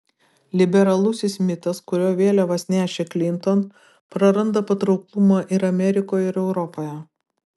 liberalusis mitas kurio vėliavas nešė klinton praranda patrauklumą ir amerikoje ir europoje